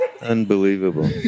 Unbelievable